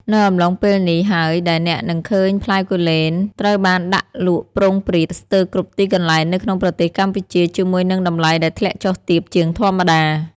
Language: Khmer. នៅអំឡុងពេលនេះហើយដែលអ្នកនឹងឃើញផ្លែគូលែនត្រូវបានដាក់លក់ព្រោងព្រាតស្ទើរគ្រប់ទីកន្លែងនៅក្នុងប្រទេសកម្ពុជា ជាមួយនឹងតម្លៃដែលធ្លាក់ចុះទាបជាងធម្មតា។